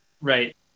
right